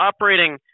operating